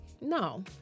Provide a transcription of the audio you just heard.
no